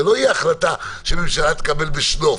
זאת לא תהיה החלטה שממשלה תקבל בשלוף,